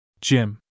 Jim